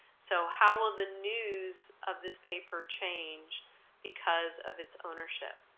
so how will the news of this paper change because of its ownership?